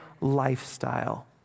lifestyle